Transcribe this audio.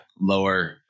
lower